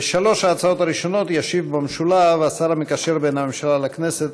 על שלוש ההצעות הראשונות ישיב במשולב השר המקשר בין הממשלה לכנסת,